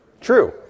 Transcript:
True